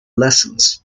lessens